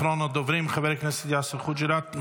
אחרון הדוברים, חבר הכנסת יאסר חוג'יראת.